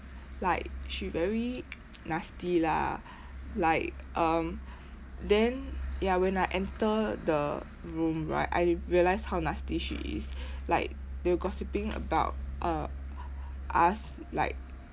like she very nasty lah like um then ya when I enter the room right I realised how nasty she is like they were gossiping about uh us like